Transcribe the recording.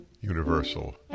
universal